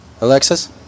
Alexis